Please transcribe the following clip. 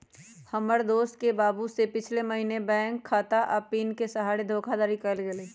हमर दोस के बाबू से पिछले महीने बैंक खता आऽ पिन के सहारे धोखाधड़ी कएल गेल